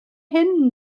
hyn